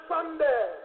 Sunday